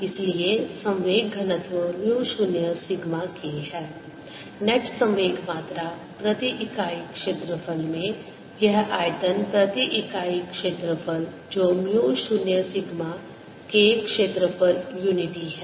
इसलिए संवेग घनत्व म्यू 0 सिग्मा K है नेट संवेग मात्रा प्रति इकाई क्षेत्रफल में यह आयतन प्रति इकाई क्षेत्रफल जो म्यू 0 सिग्मा K क्षेत्रफल यूनिटी है